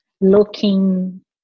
looking